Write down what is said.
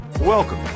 Welcome